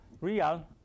Real